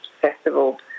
festival